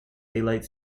daylight